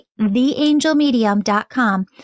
theangelmedium.com